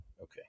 Okay